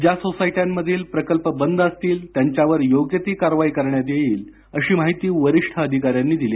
ज्या सोसायट्यामधील प्रकल्प बंद असतील त्यांच्यावर योग्य ती कारवाई करण्यात येणार आहे अशी माहिती वरिष्ठ अधिकाऱ्यांनी दिली